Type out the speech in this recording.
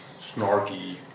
snarky